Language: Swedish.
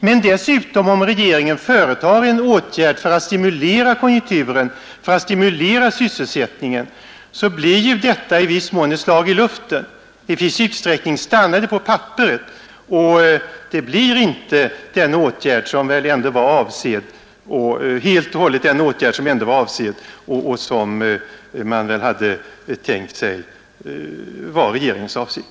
Men dessutom vill jag säga, att om regeringen vidtar en sådan här åtgärd för att stimulera sysselsättningen, så stannar den alltså i viss mån på papperet och får inte helt och hållet den effekt som man ändå hade tänkt sig att regeringen avsett.